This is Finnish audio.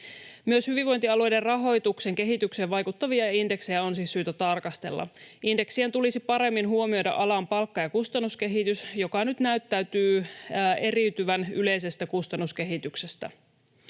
Myös hyvinvointialueiden rahoituksen kehitykseen vaikuttavia indeksejä on siis syytä tarkastella. Indeksien tulisi paremmin huomioida alan palkka- ja kustannuskehitys, joka nyt näyttää eriytyvän yleisestä kustannuskehityksestä.